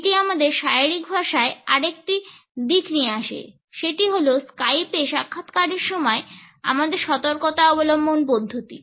এটি আমাদের শারীরিক ভাষায় আরেকটি দিক নিয়ে আসে সেটি হল স্কাইপে সাক্ষাৎকারের সময় আমাদের সতর্কতা অবলম্বন পদ্ধতি